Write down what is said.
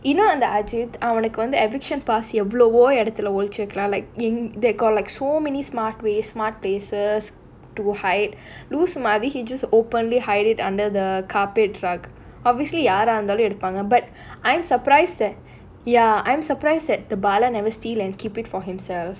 இன்னும் அந்த:innum antha ajeedh அவனுக்கு வந்து:avanukku vanthu eviction pass எவ்வளவோ இடத்துல ஒளிச்சு வைக்கலாம்:evvalavo idathula olichu vaikkalaam like they got like so many smart places smart places to hide லூசு மாரி:loosu maari he just openly hided under the carpet truck obiviously யாரா இருந்தாலும் எடுப்பாங்க:yaaraa irunthaalum eduppaanga but I'm surprised that ya I'm surprised that the bala never steal it and keep it for himself